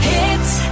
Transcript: Hits